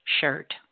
shirt